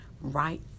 right